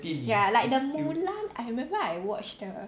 ya like the Mulan I remember I watched the